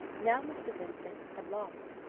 now mr. vincent had lost,